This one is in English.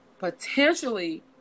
Potentially